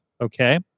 Okay